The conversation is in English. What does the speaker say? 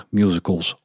musicals